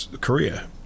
Korea